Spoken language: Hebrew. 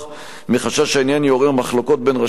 מחשש שהעניין יעורר מחלוקות בין ראשי הוועדות,